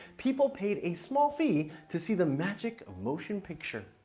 people paid a small fee to see the magic of motion picture.